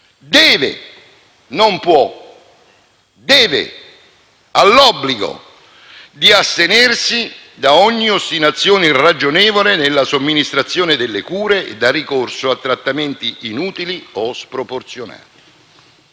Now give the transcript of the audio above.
deve (non «può», ma «deve»), ha l'obbligo di «astenersi da ogni ostinazione irragionevole nella somministrazione delle cure e dal ricorso a trattamenti inutili o sproporzionati».